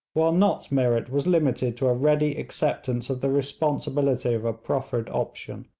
while nott's merit was limited to a ready acceptance of the responsibility of a proffered option.